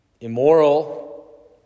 immoral